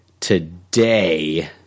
today